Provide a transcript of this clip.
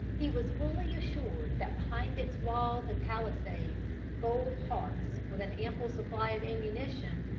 he was fully assured that behind its walls and palisades bold hearts, with an ample supply of ammunition,